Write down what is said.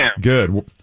good